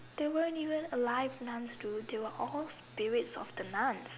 they weren't even alive nuns dude they were all spirits of the nuns